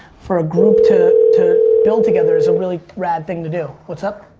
for a group to to build together is a really rad thing to do. what's up?